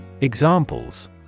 Examples